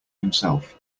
himself